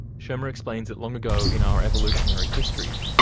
shermer explains that long ago in our evolutionary history,